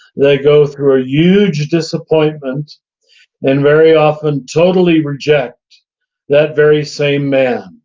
they go through a huge disappointment and very often totally reject that very same man.